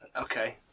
Okay